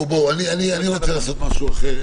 אני רוצה לעשות משהו אחר.